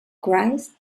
christ